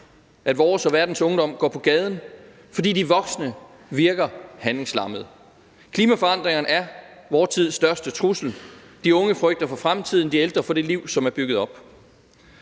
at vores og verdens ungdom går på gaden: Fordi de voksne virker handlingslammede. Klimaforandringerne er vor tids største trussel. De unge frygter for fremtiden, de ældre for det liv, som er bygget op.